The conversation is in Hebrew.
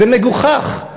זה מגוחך.